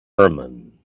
herman